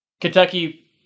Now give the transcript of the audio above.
Kentucky